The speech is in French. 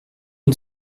une